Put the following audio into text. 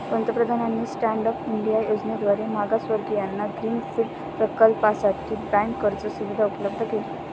पंतप्रधानांनी stand up India योजनेद्वारे मागासवर्गीयांना ग्रीन फील्ड प्रकल्पासाठी बँक कर्ज सुविधा उपलब्ध केली